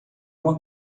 uma